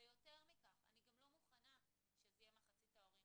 יותר מכך, אני גם לא מוכנה שזה יהיה מחצית ההורים.